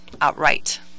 outright